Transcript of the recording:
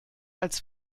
als